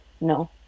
no